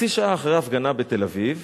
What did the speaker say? חצי שעה אחרי ההפגנה בתל-אביב